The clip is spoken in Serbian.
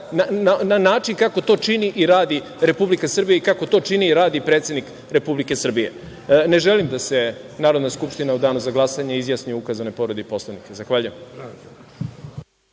na način kako to čini i radi Republika Srbija i kako to čini i radi predsednik Republike Srbije. Ne želim da se Narodna skupština u Danu za glasanje izjasni o ukazanoj povredi Poslovnika. Zahvaljujem.